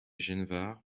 genevard